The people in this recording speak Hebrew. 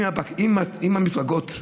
אם המפלגות,